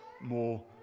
more